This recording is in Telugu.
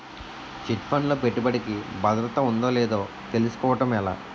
చిట్ ఫండ్ లో పెట్టుబడికి భద్రత ఉందో లేదో తెలుసుకోవటం ఎలా?